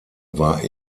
war